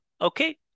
Okay